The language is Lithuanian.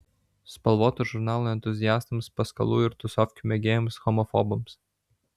spalvotų žurnalų entuziastams paskalų ir tusovkių mėgėjams homofobams